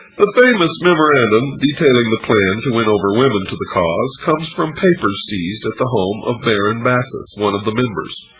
the famous memorandum detailing the plan to win over women for the cause comes from papers seized at the home of baron bassus, one of the members.